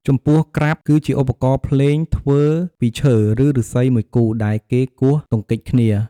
ចំពោះក្រាប់ គឺជាឧបករណ៍ភ្លេងធ្វើពីឈើ ឬឫស្សីមួយគូ ដែលគេគោះទង្គិចគ្នា។